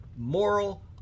moral